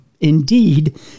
indeed